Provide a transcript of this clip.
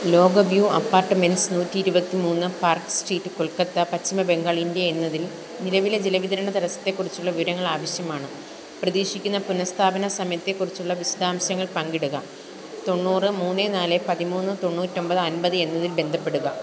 ലോക view apartments നൂറ്റി ഇരുപത്തി മൂന്ന് park street Kolkata Paschim Bengal India എന്നതിൽ നിലവിലെ ജല വിതരണ തടസ്സത്തെക്കുറിച്ചുള്ള വിവരങ്ങൾ ആവശ്യമാണ് പ്രതീക്ഷിക്കുന്ന പുനഃസ്ഥാപന സമയത്തെക്കുറിച്ചുള്ള വിശദാംശങ്ങൾ പങ്കിടുക തൊണ്ണൂറ് മൂന്ന് നാല് പതിമൂന്ന് തൊണ്ണൂറ്റി ഒൻപത് ഒൻപത് എന്നതിൽ ബന്ധപ്പെടുക